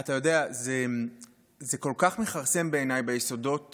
אתה יודע, זה כל כך מכרסם בעיניי ביסודות